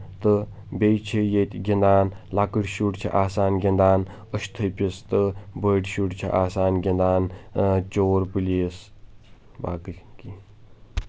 تہٕ بیٚیہِ چھِ ییٚتہِ گِنٛدان لۄکٕٹۍ شُرۍ چھِ آسان گِنٛدان أچھ تھپِس تہٕ بٔڑۍ شُرۍ چھِ آسان گِنٛدان اۭ چور پُلیٖس باقٕے کہیٖنۍ